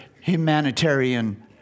humanitarian